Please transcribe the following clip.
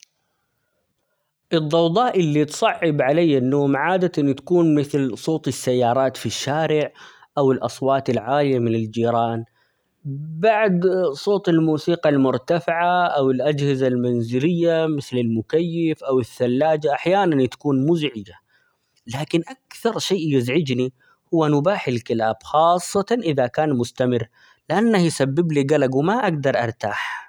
الضوضاء اللي تصعب علي النوم عادة تكون مثل صوت السيارات في الشارع ،أو الأصوات العالية من الجيران ،-ب-بعد صوت الموسيقى المرتفعة ،أو الأجهزة المنزلية مثل المكيف أو الثلاجة أحيانا تكون مزعجة ،لكن أكثر شيء يزعجني، هو نباح الكلاب خاصةً إذا كان مستمر؛ لإنه يسبب لي قلق وما أقدر ارتاح.